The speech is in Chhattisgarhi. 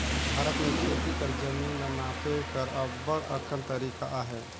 भारत में खेती कर जमीन ल नापे कर अब्बड़ अकन तरीका अहे